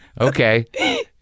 Okay